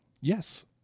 yes